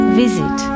visit